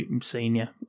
Senior